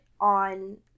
on